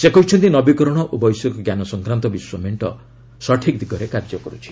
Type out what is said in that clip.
ସେ କହିଛନ୍ତି ନବୀକରଣ ଓ ବୈଷୟିକ ଜ୍ଞାନ ସଂକ୍ରାନ୍ତ ବିଶ୍ୱ ମେଣ୍ଟ ସଠିକ୍ ଦିଗରେ କାର୍ଯ୍ୟ କର୍ତ୍ଥି